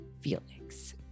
Felix